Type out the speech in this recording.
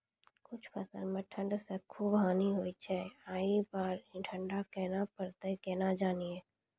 कुछ फसल मे ठंड से खूब हानि होय छैय ई बार ठंडा कहना परतै केना जानये?